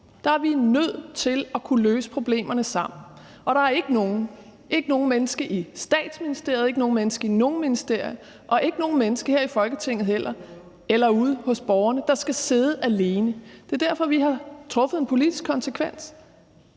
Der er vi nødt til at kunne løse problemerne sammen, og der er ikke noget menneske i Statsministeriet, ikke noget menneske i nogen ministerier og heller ikke noget menneske her i Folketinget eller ude hos borgerne, der skal sidde alene med det. Det er derfor, at vi har taget en politisk konsekvens